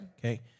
Okay